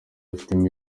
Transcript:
abifitemo